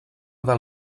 del